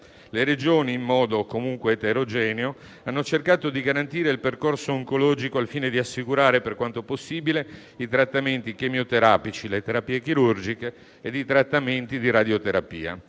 Le Regioni, in modo comunque eterogeneo, hanno cercato di garantire il percorso oncologico al fine di assicurare, per quanto possibile, i trattamenti chemioterapici, le terapie chirurgiche e i trattamenti di radioterapia.